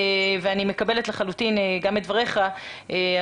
אני מקבלת לחלוטין גם את דבריך.